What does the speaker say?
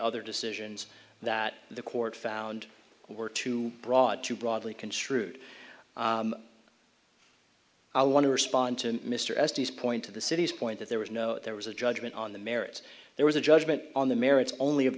other decisions that the court found were too broad too broadly construed i want to respond to mr estes point to the city's point that there was no there was a judgment on the merits there was a judgment on the merits only of